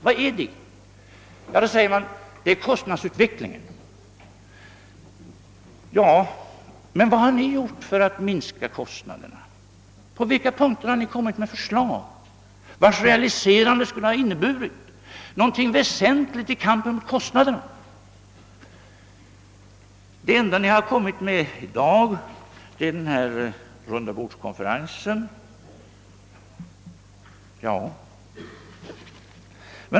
Man säger att det är stegringen av kostnadsnivån. Men vad har ni gjort för att minska kostnaderna? På vilka punkter har ni lagt fram förslag vilkas realiserande skulle ha inneburit något väsentligt i kampen mot kostnaderna? Det enda ni har föreslagit i dag är rundabordskonferensen.